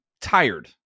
tired